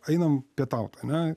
einam pietaut ane